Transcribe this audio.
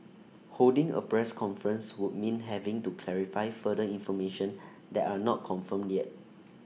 holding A press conference would mean having to clarify further information that are not confirmed yet